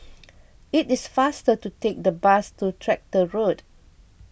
it is faster to take the bus to Tractor Road